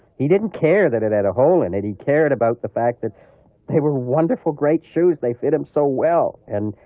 he didn't care that it had a hole in it he cared about the fact that they were wonderful, great shoes. they fit him so well, and